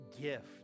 gift